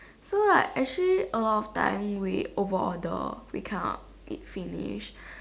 so like actually a lot of time we over order we cannot eat finish